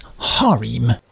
harem